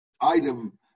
item